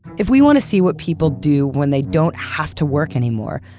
if we want to see what people do when they don't have to work anymore,